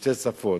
בשתי שפות.